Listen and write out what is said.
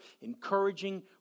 encouraging